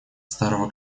старого